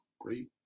great